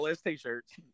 t-shirts